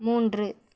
மூன்று